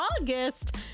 August